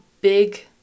big